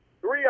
Three